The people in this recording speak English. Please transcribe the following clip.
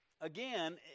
Again